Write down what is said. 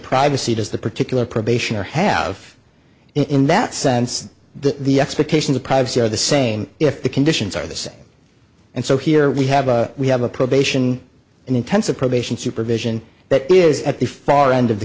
privacy does the particular probationer have in that sense that the expectations of privacy are the same if the conditions are the same and so here we have we have a probation and intensive probation supervision that is at the far end of the